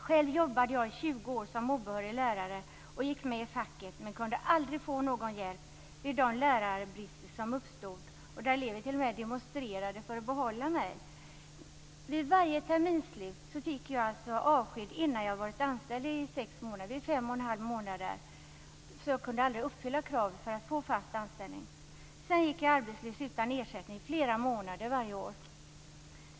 Själv jobbade jag i 20 år som obehörig lärare och gick med i facket men jag kunde aldrig få någon hjälp när lärarbrist uppstod. Elever t.o.m. demonstrerade för att få behålla mig. Vid varje terminsslut fick jag avsked, alltså innan jag hade varit anställd i sex månader. Det blev fem och en halv månad så jag kunde aldrig uppfylla kravet för att få fast anställning. Sedan gick jag arbetslös utan ersättning flera månader varje år.